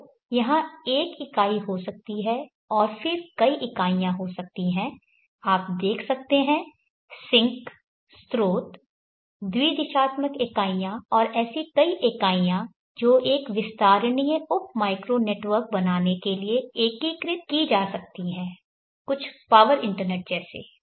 तो यह एक इकाई हो सकती है और फिर कई इकाइयाँ हो सकती हैं आप देख सकते हैं सिंक स्रोत द्वि दिशात्मक इकाइयाँ और ऐसी कई इकाइयाँ जो एक विस्तारणीय उप माइक्रो नेटवर्क बनाने के लिए एकीकृत की जा सकती हैं कुछ पावर इंटरनेट जैसे